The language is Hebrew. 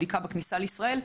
בדיקה בכניסה לישראל.